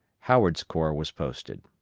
howard's corps was posted.